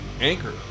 Anchor